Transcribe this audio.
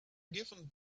given